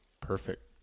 Perfect